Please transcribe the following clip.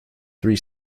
three